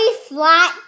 flat